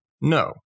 No